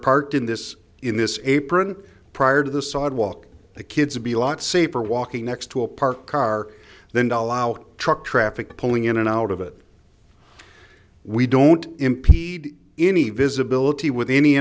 parked in this in this apron prior to the sidewalk the kids would be a lot safer walking next to a parked car than doll out truck traffic pulling in and out of it we don't impede any visibility with any